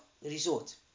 Resort